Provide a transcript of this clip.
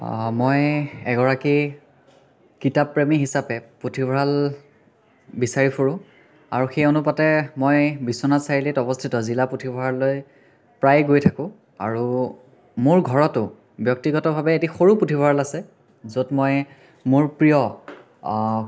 মই এগৰাকী কিতাপপ্ৰেমী হিচাপে পুথিভঁৰাল বিচাৰি ফুৰোঁ আৰু সেই অনুপাতে মই বিশ্বনাথ চাৰিআলিত অৱস্থিত জিলা পুথিভঁৰাললৈ প্ৰায়ে গৈ থাকোঁ আৰু মোৰ ঘৰতো ব্যক্তিগতভাৱে এটি সৰু পুথিভঁৰাল আছে য'ত মই মোৰ প্ৰিয়